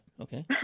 okay